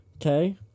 okay